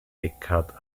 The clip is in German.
eckhart